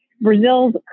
Brazil's